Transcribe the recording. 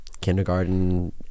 kindergarten